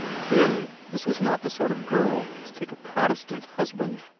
clearly this was not the sort of girl to take a protestant husband.